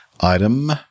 item